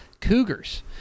Cougars